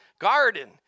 garden